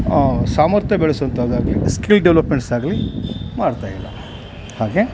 ಸಾಮರ್ಥ್ಯ ಬೆಳೆಸುವಂಥದ್ದಾಗಲಿ skill developments ಆಗಲಿ ಮಾಡ್ತಾ ಇಲ್ಲ ಹಾಗೇ